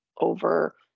over